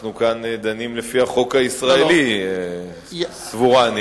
אנחנו כאן דנים לפי החוק הישראלי, סבורני.